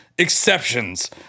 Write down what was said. exceptions